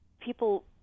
people